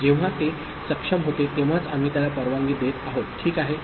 जेव्हा ते सक्षम होते तेव्हाच आम्ही त्याला परवानगी देत आहोत ठीक आहे